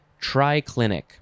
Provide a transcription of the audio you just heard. triclinic